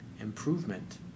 Improvement